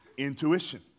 Intuition